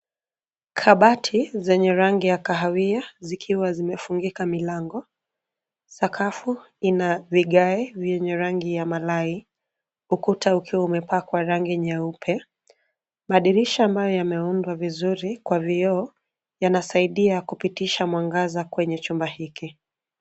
Kabati zenye rangi ya kahawia zikiwa zimefungika milango. Sakafu ina vigae vyenye rangi ya malai. Ukuta ukiwa umepakwa rangi nyeupe. Madirisha ambao yameundwa vizuri kwa vioo yanasaidia kupitisha mwangaza kwenye chumba hiki.